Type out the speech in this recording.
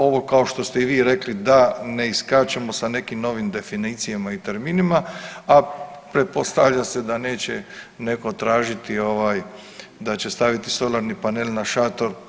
Ovo kao što ste i vi rekli da ne iskačemo sa nekim novim definicijama i terminima, a pretpostavlja se da neće nego tražiti da će staviti solarni panel na šator.